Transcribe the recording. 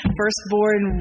firstborn